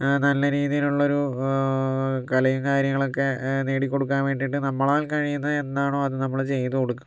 നല്ല രീതിയിലൊരു കലയും കാര്യങ്ങളൊക്കെ നേടിക്കൊടുക്കാൻ വേണ്ടിയിട്ട് നമ്മളാൽ കഴിയുന്നത് എന്താണോ അത് നമ്മൾ ചെയ്തു കൊടുക്കണം